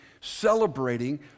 celebrating